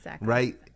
Right